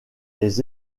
les